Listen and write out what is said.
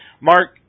Mark